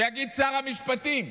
שיגיד שר המשפטים,